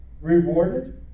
rewarded